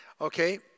Okay